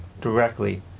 directly